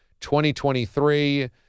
2023